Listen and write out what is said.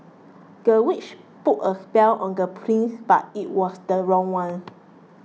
the witch put a spell on the prince but it was the wrong one